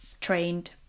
trained